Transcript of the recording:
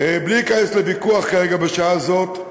בלי להיכנס לוויכוח כרגע, בשעה זו,